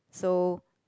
so